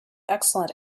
excellent